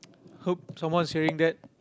hope someone's hearing that